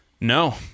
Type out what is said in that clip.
No